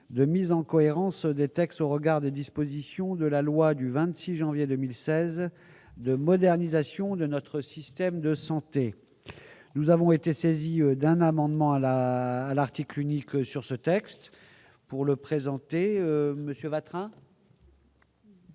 de mise en cohérence des textes au regard des dispositions de la loi du 26 janvier 2016 de modernisation de notre système de santé, nous avons été saisis d'un amendement à la l'article unique sur ce texte pour le présenter, Monsieur